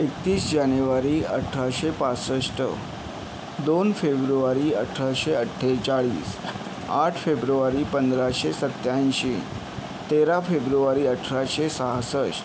एकतीस जानेवारी अठराशे पासष्ट दोन फेब्रुवारी अठराशे अठ्ठेचाळीस आठ फेब्रुवारी पंधराशे सत्याऐंशी तेरा फेब्रुवारी अठराशे सहासष्ट